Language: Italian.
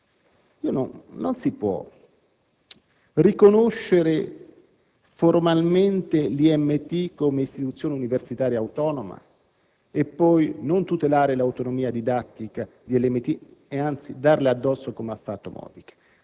Non si può riconoscere formalmente l'IMT come istituzione universitaria autonoma e non tutelarne poi l'autonomia didattica e, anzi, darle addosso come ha fatto il